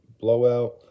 blowout